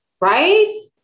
Right